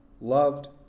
Loved